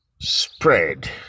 spread